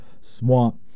swamp